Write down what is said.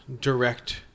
direct